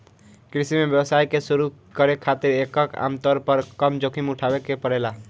कृषि में व्यवसाय के शुरू करे खातिर एकर आमतौर पर कम जोखिम उठावे के पड़ेला